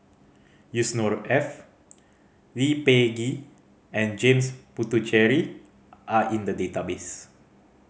Yusnor Ef Lee Peh Gee and James Puthucheary are in the database